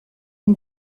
une